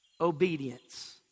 obedience